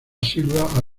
silva